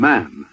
Man